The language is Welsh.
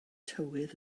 tywydd